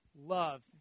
Love